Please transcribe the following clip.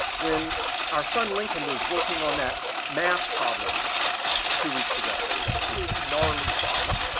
when our son lincoln was working on that math problem two weeks ago, it was a big, gnarly problem.